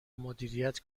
مدیریت